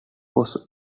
was